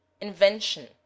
invention